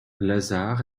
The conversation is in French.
lazar